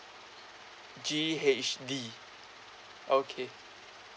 G H D okay